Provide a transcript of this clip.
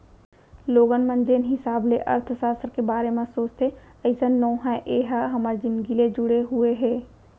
लोगन मन जेन हिसाब ले अर्थसास्त्र के बारे म सोचथे अइसन नो हय ए ह हमर जिनगी ले जुड़े हुए हे